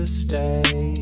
stay